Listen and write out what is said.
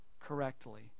correctly